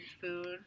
food